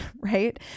right